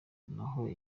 naho